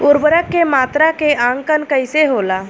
उर्वरक के मात्रा के आंकलन कईसे होला?